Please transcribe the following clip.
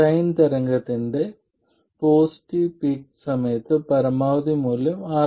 sin തരംഗത്തിന്റെ positive peak സമയത്ത് പരമാവധി മൂല്യം 6